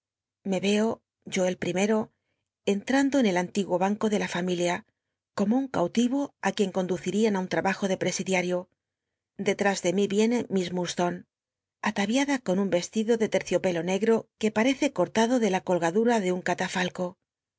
me i'co yo el pl'imcro entrando en el antiguo banco de la fami lia como un cautivo i quien conducirían ü un abajo de presidiario detrás de mí icne miss ilur islone ntnl'iada con un yestido de terciopelo ncgro que arcce cortado de la colgadura de un catafalco